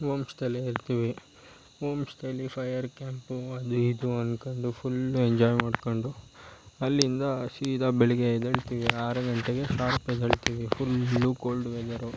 ohm ಸ್ಟೇಲೇ ಇರ್ತೀವಿ home ಸ್ಟೀಲಿ ಫೈರ್ ಕ್ಯಾಂಪು ಅದು ಇದು ಅಂದ್ಕೊಂಡು ಫುಲ್ಲು ಎಂಜಾಯ್ ಮಾಡಿಕೊಂಡು ಅಲ್ಲಿಂದ ಸೀದಾ ಬೆಳಗ್ಗೆ ಎದ್ದೇಳ್ತೀವಿ ಆರು ಗಂಟೆಗೆ ಆರು ಗಂಟೆಗೆ ಫುಲ್ಲು ಕೋಲ್ಡ್ ವೆದರು